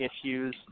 issues